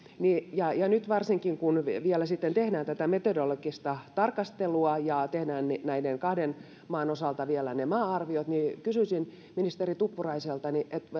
ja ja varsinkin kun nyt vielä tehdään tätä metodologista tarkastelua ja tehdään näiden kahden maan osalta vielä maa arviot niin kysyisin ministeri tuppuraiselta